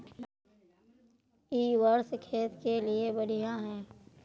इ वर्षा खेत के लिए बढ़िया है?